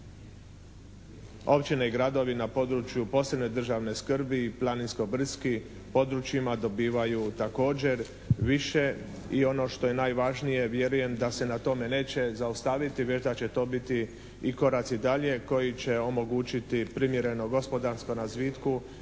općine i gradovi na području posebne državne skrbi i planinsko brdskim područjima dobivaju također više i ono što je najvažnije vjerujem da se na tome neće zaustaviti već da će to biti i koraci dalje koji će omogućiti primjerenom gospodarskom razvitku